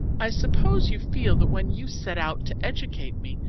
i suppose you feel that when you set out to educate me,